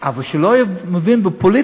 אבל שהוא לא מבין בפוליטיקה?